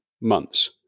months